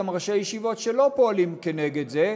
גם ראשי ישיבות שלא פועלים כנגד זה,